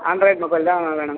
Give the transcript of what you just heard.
Android mobile தான் வேணும்